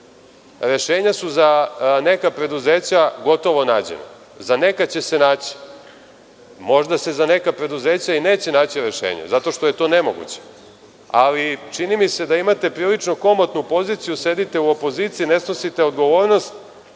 Rešenja su za neka preduzeća gotovo nađena, za neka će se naći. Možda se za neka preduzeća i neće naći rešenja, zato što je to nemoguće, ali čini mi se da imate prilično komotnu poziciju, sediti u opoziciji, ne snosite odgovornost,